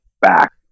back